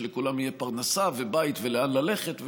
שלכולם יהיו פרנסה ובית ולאן ללכת,